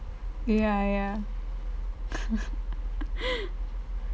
ya ya